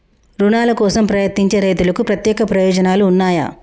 రుణాల కోసం ప్రయత్నించే రైతులకు ప్రత్యేక ప్రయోజనాలు ఉన్నయా?